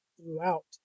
throughout